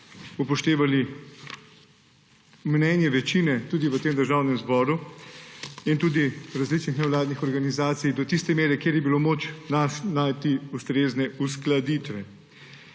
upoštevali tudi mnenje večine v tem državnem zboru in tudi različnih nevladnih organizacij do tiste mere, kjer je bilo moč najti ustrezne uskladitve.